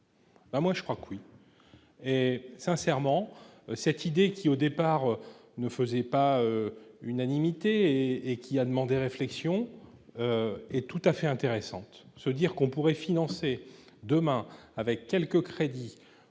moi je crois que oui et sincèrement cette idée qui au départ ne faisait pas unanimité et qui a demandé réflexion est tout à fait intéressante, se dire qu'on pourrait financer demain avec quelques crédits